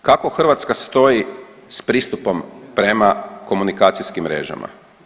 E sad, kako Hrvatska stoji s pristupom prema komunikacijskim mrežama?